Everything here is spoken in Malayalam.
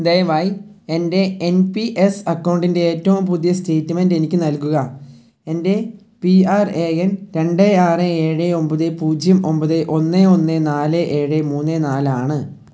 ദയവായി എൻ്റെ എൻ പി എസ് അക്കൗണ്ടിൻ്റെ ഏറ്റവും പുതിയ സ്റ്റേറ്റ്മെൻ്റ് എനിക്ക് നൽകുക എൻ്റെ പി ആർ എ എൻ രണ്ട് ആറ് ഏഴ് ഒമ്പത് പൂജ്യം ഒമ്പത് ഒന്ന് ഒന്ന് നാല് ഏഴ് മൂന്ന് നാല് ആണ്